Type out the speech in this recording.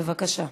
בבקשה.